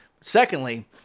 Secondly